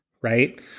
right